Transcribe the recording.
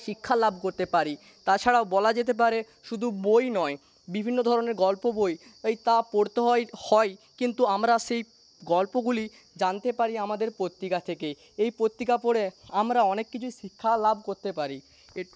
শিক্ষা লাভ করতে পারি তাছাড়াও বলা যেতে পারে শুধু বই নয় বিভিন্ন ধরনের গল্প বই তা পড়তে হয় হয়ই কিন্তু আমরা সেই গল্পগুলি জানতে পারি আমাদের পত্রিকা থেকে এই পত্রিকা পড়ে আমরা অনেক কিছুই শিক্ষা লাভ করতে পারি